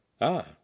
Ah